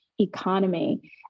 economy